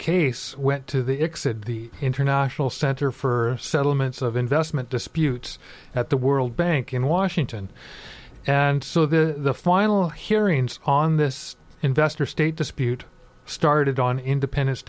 case went to the exit the international center for settlements of investment disputes at the world bank in washington and so the final hearings on this investor state dispute started on independence